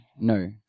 No